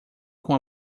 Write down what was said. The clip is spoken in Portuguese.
com